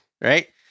right